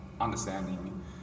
understanding